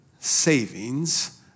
Savings